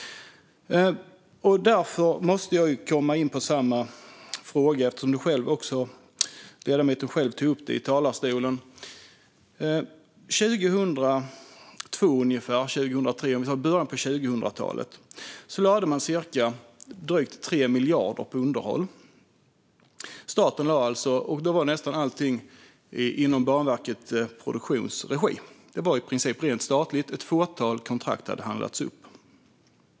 Därför måste jag komma in på samma fråga som ledamoten själv tog upp i talarstolen. I början på 2000-talet lade staten drygt 3 miljarder på underhåll. Då var nästan allting inom Banverket Produktions regi. Det var i princip rent statligt; ett fåtal kontrakt hade handlats upp.